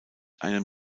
einem